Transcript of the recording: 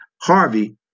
harvey